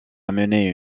amener